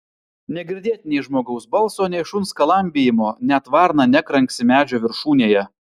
negirdėt nei žmogaus balso nei šuns skalambijimo net varna nekranksi medžio viršūnėje